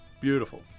Beautiful